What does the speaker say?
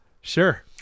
Sure